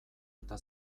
eta